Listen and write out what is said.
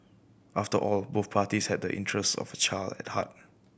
after all both parties have the interests of the child at heart